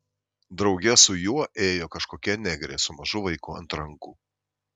drauge su juo ėjo kažkokia negrė su mažu vaiku ant rankų